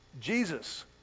Jesus